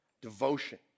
devotion